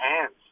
hands